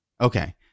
Okay